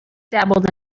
dabbled